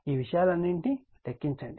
ఈ విషయాలన్నింటినీ లెక్కించండి